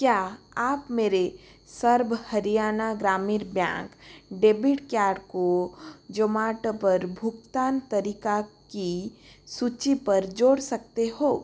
क्या आप मेरे Sarva Haryana Gramin bank debit card को जोमाटो पर भुगतान तरीका की सूची पर जोड़ सकते हो